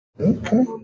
Okay